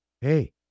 hey